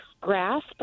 grasp